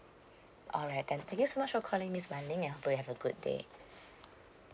alright then thank you so much for calling miss wan ling and hope you have a good day